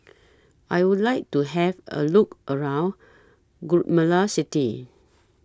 I Would like to Have A Look around Guatemala City